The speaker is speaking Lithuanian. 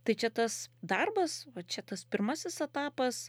tai čia tas darbas va čia tas pirmasis etapas